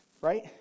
Right